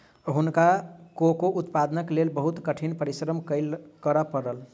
हुनका कोको उत्पादनक लेल बहुत कठिन परिश्रम करय पड़ल